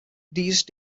these